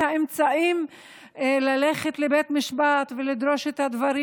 האמצעים ללכת לבית משפט ולדרוש את הדברים.